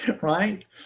right